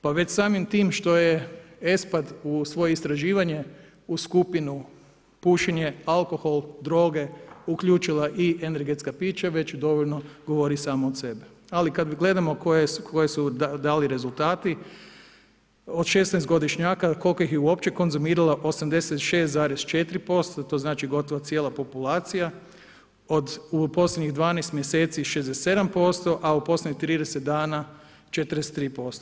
Pa već samim tim što je ESPAD u svoje istraživanje u skupinu pušenje, alkohol, droge uključila i energetska pića, već dovoljno govori samo od sebe, ali kad gledamo koje su dali rezultati, od 16 godišnjaka koliko ih je uopće konzumiralo 86,4%, to znači gotovo cijela populacija, od posljednjih 12 mjeseci 67%, a u posljednjih 30 dana 43%